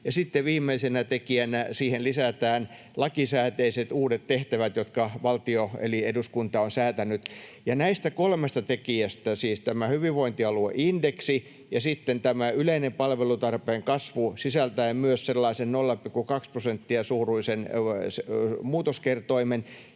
viimeisenä tekijänä siihen lisätään lakisääteiset uudet tehtävät, jotka valtio eli eduskunta on säätänyt. Ja näistä kolmesta tekijästä — siis tämä hyvinvointialueindeksi ja yleinen palvelutarpeen kasvu sisältäen myös sellaisen 0,2 prosentin suuruisen muutoskertoimen